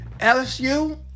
LSU